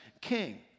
king